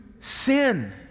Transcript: sin